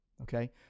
Okay